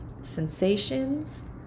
sensations